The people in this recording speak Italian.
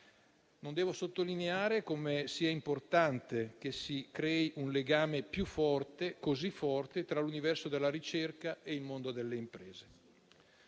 Non devo sottolineare come sia importante che si crei un legame più forte, così forte, tra l'universo della ricerca e il mondo delle imprese.